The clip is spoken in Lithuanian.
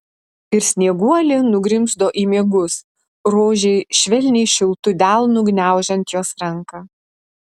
ir snieguolė nugrimzdo į miegus rožei švelniai šiltu delnu gniaužiant jos ranką